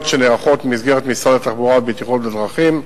שנערכות במסגרת משרד התחבורה והבטיחות בדרכים,